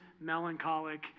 melancholic